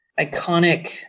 iconic